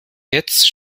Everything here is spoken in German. jetzt